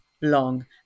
long